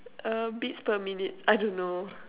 um beats per minute I don't know